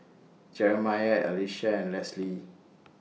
Jerimiah Alysia and Lesley